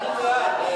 אני בעד.